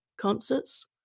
concerts